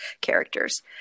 characters